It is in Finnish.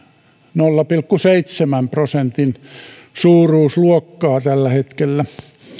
nolla pilkku seitsemän prosentin suuruusluokkaa tällä hetkellä